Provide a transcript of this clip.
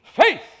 faith